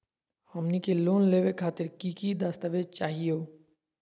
हमनी के लोन लेवे खातीर की की दस्तावेज चाहीयो?